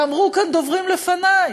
ואמרו כאן דוברים לפני: